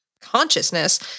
Consciousness